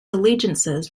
allegiances